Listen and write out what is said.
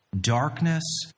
darkness